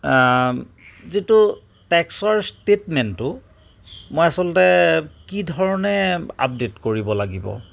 যিটো টেক্সৰ ষ্টেটমেণ্টটো মই আচলতে কি ধৰণে আপডেট কৰিব লাগিব